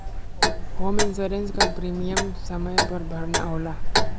home insurance क premium समय पर भरना होला